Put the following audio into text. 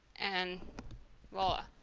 and voila.